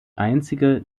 einzige